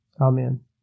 Amen